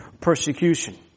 persecution